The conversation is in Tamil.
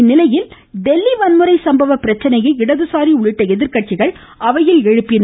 இந்நிலையில் டெல்லி வன்முறை சம்பவ பிரச்சனையை இடது சாரி உள்ளிட்ட எதிர்கட்சிகள் அவையில் எழுப்பின